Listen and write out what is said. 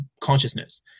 consciousness